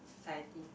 society